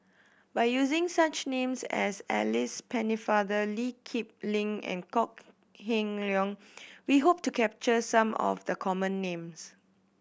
by using such names as Alice Pennefather Lee Kip Lin and Kok Heng Leun we hope to capture some of the common names